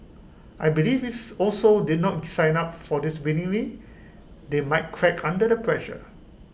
I believe ifs also did not sign up for this willingly they might crack under the pressure